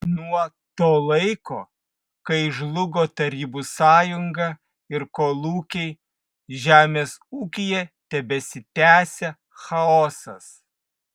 nuo to laiko kai žlugo tarybų sąjunga ir kolūkiai žemės ūkyje tebesitęsia chaosas